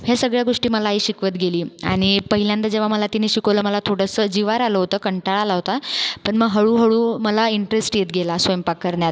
ह्या सगळ्या गोष्टी मला आई मला शिकवत गेली आणि पहिल्यांदा जेव्हा मला तिने शिकवलं मला थोडंसं जिवावर आलं होतं कंटाळा आला होता पण मग हळूहळू मला इंटरेस्ट येत गेला स्वयंपाक करण्यात